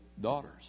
daughters